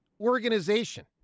organization